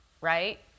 right